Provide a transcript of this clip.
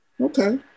Okay